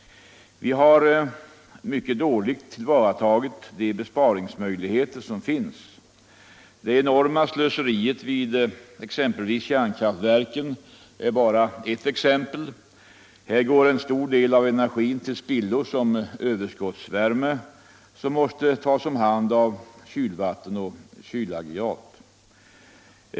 Vi har mycket dåligt tillvaratagit de besparingsmöjligheter som finns. Det enorma slöseriet vid kärnkraftverken är bara ett exempel — här går en stor del av energin till spillo som överskottsvärme, som måste tas om hand av kylvatten och kylaggregat.